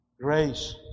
grace